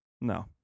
No